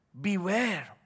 beware